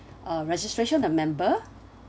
uh registration a member